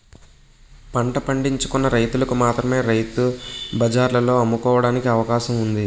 పంట పండించుకున్న రైతులకు మాత్రమే రైతు బజార్లలో అమ్ముకోవడానికి అవకాశం ఉంది